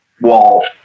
wall